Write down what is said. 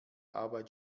arbeit